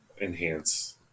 enhance